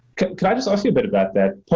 can can i just ask you a bit about that?